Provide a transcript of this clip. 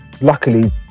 luckily